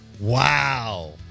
Wow